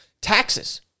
taxes